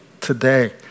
today